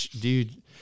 dude